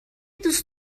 دوست